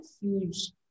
huge